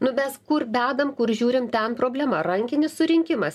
nu mes kur bedam kur žiūrim ten problema rankinis surinkimas